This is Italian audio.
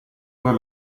aver